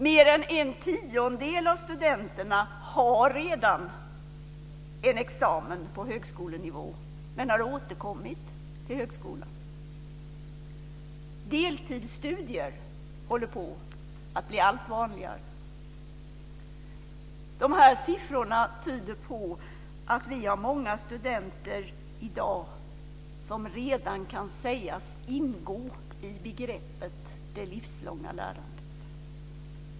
Mer än en tiondel av studenterna har redan en examen på högskolenivå men har återkommit till högskolan. Deltidsstudier håller på att bli allt vanligare. Dessa siffror tyder på att vi i dag har många studenter som redan kan sägas ingå i begreppet det livslånga lärandet.